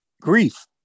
grief